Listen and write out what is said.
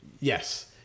Yes